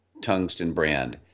tungstenbrand